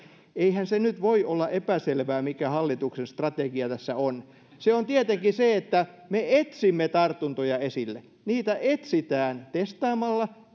eihän se nyt voi olla epäselvää mikä hallituksen strategia tässä on se on tietenkin se että me etsimme tartuntoja esille niitä etsitään testaamalla